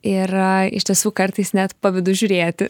ir iš tiesų kartais net pavydu žiūrėti